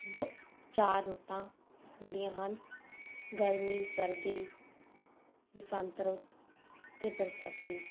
ਬਹੁ ਚਾਰ ਰੁੱਤਾਂ ਹੁੰਦੀਆਂ ਹਨ ਗਰਮੀ ਸਰਦੀ ਬਸੰਤ ਰੁੱਤ ਅਤੇ ਬਰਸਾਤੀ